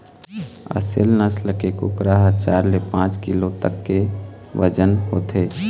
असेल नसल के कुकरा ह चार ले पाँच किलो तक के बजन होथे